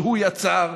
שהוא יצר,